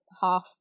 half